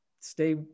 stay